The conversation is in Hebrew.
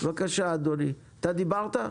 בבקשה אדוני, אתה דיברת?